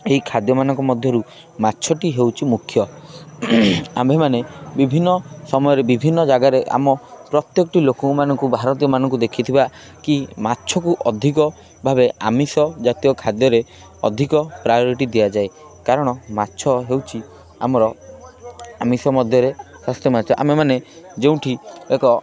ଏହି ଖାଦ୍ୟମାନଙ୍କ ମଧ୍ୟରୁ ମାଛଟି ହେଉଛି ମୁଖ୍ୟ ଆମ୍ଭେମାନେ ବିଭିନ୍ନ ସମୟରେ ବିଭିନ୍ନ ଜାଗାରେ ଆମ ପ୍ରତ୍ୟକଟି ଲୋକମାନଙ୍କୁ ଭାରତୀୟମାନଙ୍କୁ ଦେଖିଥିବା କି ମାଛକୁ ଅଧିକ ଭାବେ ଆମିଷ ଜାତୀୟ ଖାଦ୍ୟରେ ଅଧିକ ପ୍ରାୟୋରିଟି ଦିଆଯାଏ କାରଣ ମାଛ ହେଉଛି ଆମର ଆମିଷ ମଧ୍ୟରେ ସ୍ୱାସ୍ଥ୍ୟ ମାଛ ଆମେମାନେ ଯେଉଁଠି ଏକ